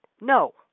No